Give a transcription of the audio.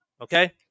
Okay